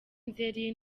nzeri